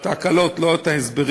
את ההקלות, לא את ההסברים.